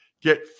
Get